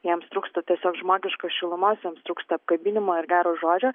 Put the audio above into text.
jiems trūksta tiesiog žmogiškos šilumos jiems trūksta apkabinimo ir gero žodžio